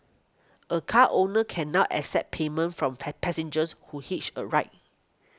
a car owner can now accept payment from pie passengers who hitch a ride